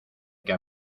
que